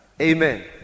Amen